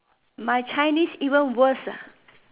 my Chinese even worse